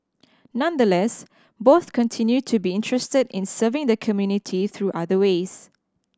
nonetheless both continue to be interested in serving the community through other ways